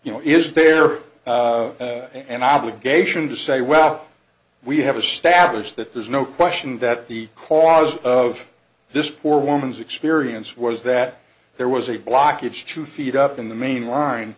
you know is there an obligation to say well we have established that there's no question that the cause of this poor woman's experience was that there was a blockage two feet up in the main line